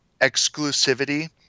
exclusivity